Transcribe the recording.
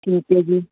ਠੀਕ ਏ ਜੀ